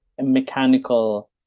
mechanical